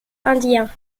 indiens